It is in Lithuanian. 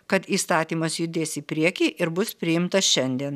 kad įstatymas judės į priekį ir bus priimtas šiandien